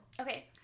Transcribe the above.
Okay